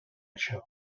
això